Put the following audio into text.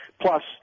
Plus –